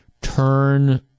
turn